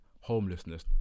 homelessness